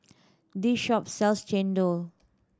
this shop sells chendol